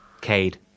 Cade